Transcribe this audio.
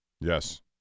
Yes